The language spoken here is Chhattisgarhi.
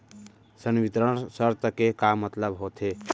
संवितरण शर्त के का मतलब होथे?